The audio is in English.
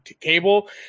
cable